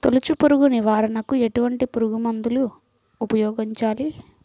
తొలుచు పురుగు నివారణకు ఎటువంటి పురుగుమందులు ఉపయోగించాలి?